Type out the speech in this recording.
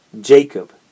Jacob